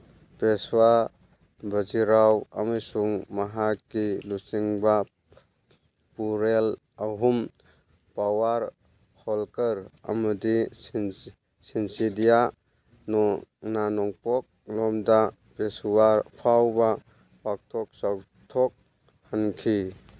ꯄꯦꯁ꯭ꯋꯥ ꯕꯖꯤꯔꯥꯎ ꯑꯃꯁꯨꯡ ꯃꯍꯥꯛꯀꯤ ꯂꯨꯆꯤꯡꯕ ꯄꯨꯔꯦꯜ ꯑꯍꯨꯝ ꯄꯋꯥꯔ ꯍꯣꯜꯀꯔ ꯑꯃꯗꯤ ꯁꯤꯟꯆꯤꯙꯤꯌꯥ ꯅ ꯅꯣꯡꯄꯣꯛꯂꯣꯝꯗ ꯄꯦꯁ꯭ꯋꯥꯔ ꯐꯥꯎꯕ ꯄꯥꯛꯊꯣꯛ ꯆꯥꯎꯊꯣꯛꯍꯟꯈꯤ